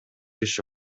иши